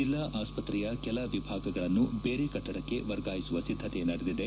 ಜಿಲ್ಲಾ ಆಸ್ಪತ್ತೆಯ ಕೆಲ ವಿಭಾಗಗಳನ್ನು ಬೇರೆ ಕಟ್ಟಡಕ್ಕೆ ವರ್ಗಾಯಿಸುವ ಸಿದ್ದತೆ ನಡೆದಿದೆ